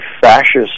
fascist